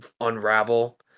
unravel